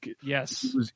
Yes